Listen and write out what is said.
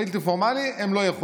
בבלתי פורמלי, הם לא יכולים,